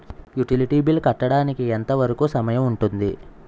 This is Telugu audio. యుటిలిటీ బిల్లు కట్టడానికి ఎంత వరుకు సమయం ఉంటుంది?